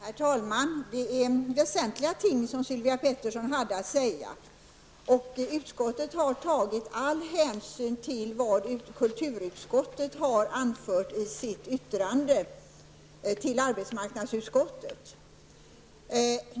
Herr talman! Det är väsentliga ting som Sylvia Pettersson hade att säga. Arbetsmarknadsutskottet har tagit all hänsyn till vad kulturutskottet har anfört i sitt yttrande till arbetsmarknadsutskottet.